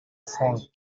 franck